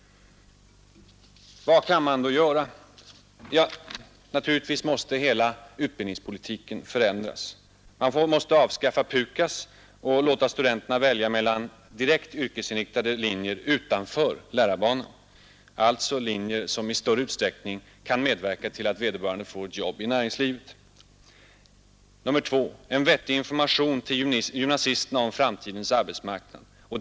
Vad kan man då göra? Naturligtvis måste hela utbildningspolitiken förändras. Man måste avskaffa PUKAS och låta studenterna välja mellan direkt yrkesinriktade linjer utanför lärarbanan, alltså linjer som i större utsträckning ger vederbörande möjlighet att få ett jobb i näringslivet. En vettig information måste lämnas till gymnasisterna om framtidens arbetsmarknad.